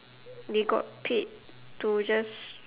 they got paid to just